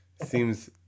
seems